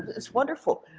it's wonderful.